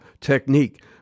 technique